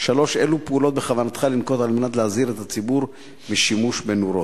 3. אילו פעולות בכוונתך לנקוט כדי להזהיר את הציבור משימוש בנורות?